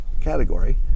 category